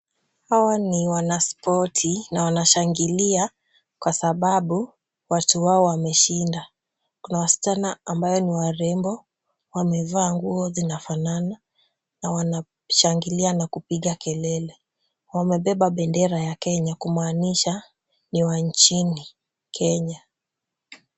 Hawa na wanaspoti na wanashangilia kwa sababu watu wao wameshinda. Kuna wasichana ambao ni warembo wamevaa nguo zinafanana na wanashangilia na kupiga kelele. Wamebeba bendera ya Kenya kumaanisha ni wa nchini Kenya.